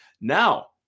Now